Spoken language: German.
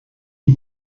die